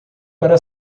para